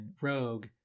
rogue